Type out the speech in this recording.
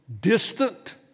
distant